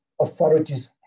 authorities